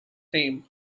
named